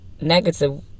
negative